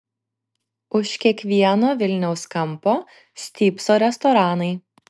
už kiekvieno vilniaus kampo stypso restoranai